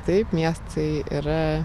taip miestai yra